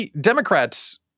Democrats